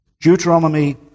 Deuteronomy